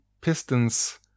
pistons